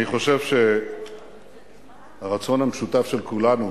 אני חושב שהרצון המשותף של כולנו